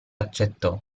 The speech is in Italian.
accettò